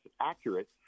accurate